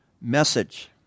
message